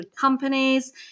companies